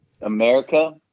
America